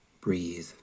breathe